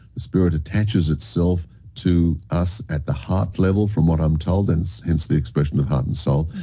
the spirit attaches itself to us at the heart level, from what i'm told, hence hence the expression of heart and soul.